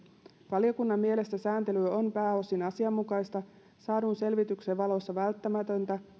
valiokunnan mielestä sääntely on pääosin asianmukaista saadun selvityksen valossa välttämätöntä